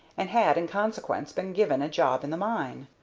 and had in consequence been given a job in the mine.